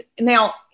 now